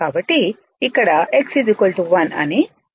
కాబట్టి ఇక్కడ x 1 అని వ్రాయబడింది